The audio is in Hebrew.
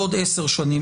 בעוד עשר שנים.